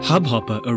Hubhopper